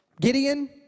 Gideon